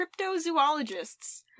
cryptozoologists